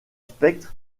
spectre